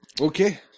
Okay